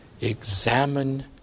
Examine